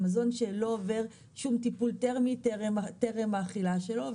מזון שהוא לא עובר שום טיפול טרמי טרם האכילה שלו.